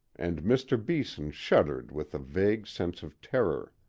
and mr. beeson shuddered with a vague sense of terror.